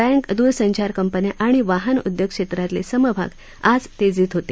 bank द्रसंचार कंपन्या आणि वाहन उद्योग क्षेत्रातले समभाग आज तेजीत होते